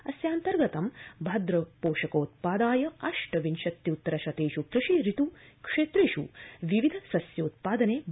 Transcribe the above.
अस्यान्तर्गतं भद्ग पोषकोत्पादाय अष्टविंशत्युत्तर शतेषु कृषि ऋतु क्षेत्रेषु विविध शस्योत्पादे बलं प्रदास्यति